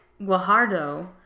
Guajardo